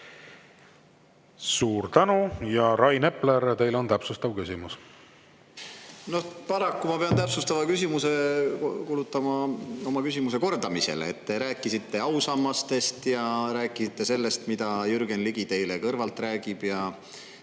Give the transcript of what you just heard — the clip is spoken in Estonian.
Suur tänu! Ja, Rain Epler, teil on täpsustav küsimus. Paraku ma pean täpsustava küsimuse kulutama oma küsimuse kordamisele. Te rääkisite ausammastest ja te rääkisite sellest, mida Jürgen Ligi teile kõrvalt räägib, ja